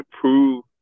prove